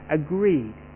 agreed